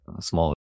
small